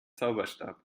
zauberstab